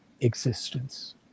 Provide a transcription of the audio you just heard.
existence